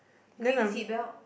green seatbelt